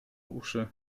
uszy